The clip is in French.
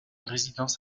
résidence